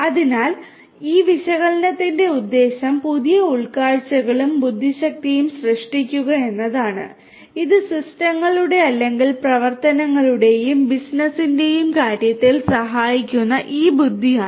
അതിനാൽ ഈ വിശകലനത്തിന്റെ ഉദ്ദേശ്യം പുതിയ ഉൾക്കാഴ്ചകളും ബുദ്ധിശക്തിയും സൃഷ്ടിക്കുക എന്നതാണ് ഇത് സിസ്റ്റങ്ങളുടെ അല്ലെങ്കിൽ പ്രവർത്തനങ്ങളുടെയും ബിസിനസിന്റെയും കാര്യത്തിൽ സഹായിക്കുന്ന ഈ ബുദ്ധിയാണ്